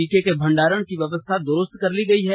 टीके के भंडारण की व्यवस्था दुरूस्त कर ली गयी है